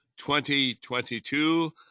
2022